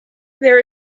there